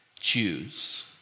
choose